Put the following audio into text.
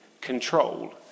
control